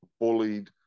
bullied